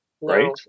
right